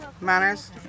Manners